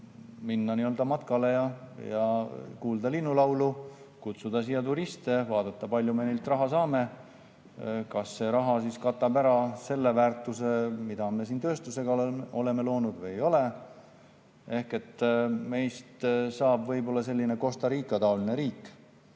minna matkale ja kuulata linnulaulu, kutsuda siia turiste, vaadata, kui palju me neilt raha saame ja kas see raha siis katab ära selle väärtuse, mille me siin tööstusega oleme loonud, või ei kata. Ehk meist saab võib-olla Costa Rica taoline riik,